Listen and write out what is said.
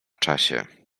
czasie